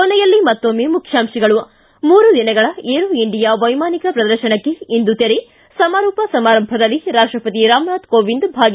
ಕೊನೆಯಲ್ಲಿ ಮತ್ತೊಮ್ಮೆ ಮುಖ್ಯಾಂಶಗಳು ಿ ಮೂರು ದಿನಗಳ ಏರೋ ಇಂಡಿಯಾ ವೈಮಾನಿಕ ಪ್ರದರ್ಶನಕ್ಕೆ ಇಂದು ತೆರೆ ಸಮಾರೋಪ ಸಮಾರಂಭದಲ್ಲಿ ರಾಷ್ಟಪತಿ ರಾಮನಾಥ್ ಕೋವಿಂದ್ ಭಾಗಿ